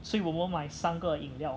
所以我们买三个饮料